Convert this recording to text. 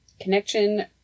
Connection